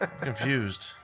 Confused